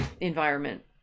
environment